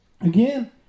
Again